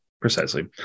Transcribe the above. Precisely